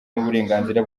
n’uburenganzira